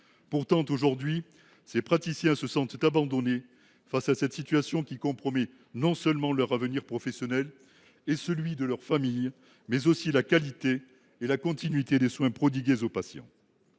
Pourtant, aujourd’hui, ces praticiens se sentent abandonnés face à cette situation qui compromet non seulement leur avenir professionnel et celui de leurs familles, mais aussi la qualité et la continuité des soins prodigués aux patients.